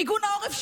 מיגון העורף,